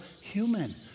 human